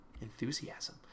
enthusiasm